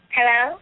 Hello